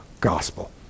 gospel